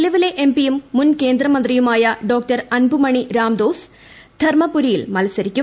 നിലവിലെ എംപി യും മുൻ കേന്ദ്ര മന്ത്രിയുമായ ഡോ അൻപുമണി രാമദോസ് ധർമ്മപുരിയിൽ മത്സരിക്കും